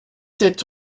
sept